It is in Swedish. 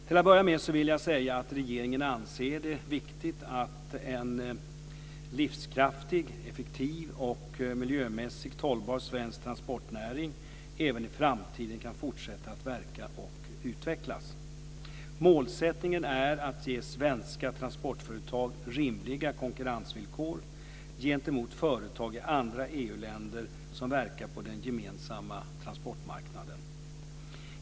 Till att börja med vill jag säga att regeringen anser det viktigt att en livskraftig, effektiv och miljömässigt hållbar svensk transportnäring även i framtiden kan fortsätta att verka och utvecklas. Målsättningen är att ge svenska transportföretag rimliga konkurrensvillkor gentemot företag i andra EU-länder som verkar på den gemensamma transportmarknaden.